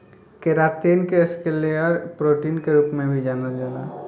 keratin के scleral protein के रूप में भी जानल जाला